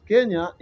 Kenya